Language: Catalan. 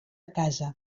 casa